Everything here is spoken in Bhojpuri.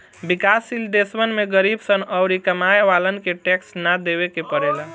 विकाश शील देशवन में गरीब सन अउरी कमाए वालन के टैक्स ना देवे के पड़ेला